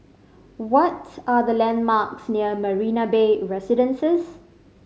what's are the landmarks near Marina Bay Residences